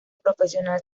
profesional